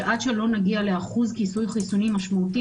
שעד שלא נגיע לאחוז כיסוי חיסוני משמעותי